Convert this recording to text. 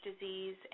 disease